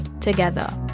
together